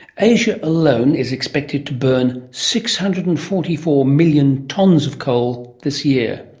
asia alone is expected to burn six hundred and forty four million tonnes of coal this year,